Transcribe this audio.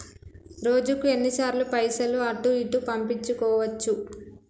రోజుకు ఎన్ని సార్లు పైసలు అటూ ఇటూ పంపించుకోవచ్చు?